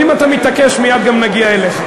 אם אתה מתעקש, מייד גם נגיע אליך.